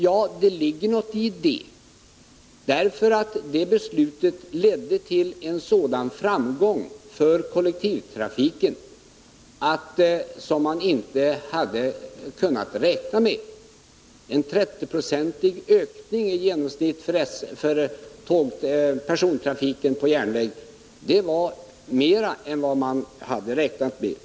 Ja, det ligger någonting i det, för det beslutet ledde till en framgång för kollektivtrafiken som man inte hade kunnat räkna med. En 30-procentig ökning i genomsnitt för persontrafiken på järnväg var mera än vad man hade räknat med.